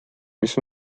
mis